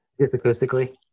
Acoustically